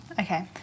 Okay